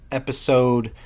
episode